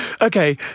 okay